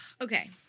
Okay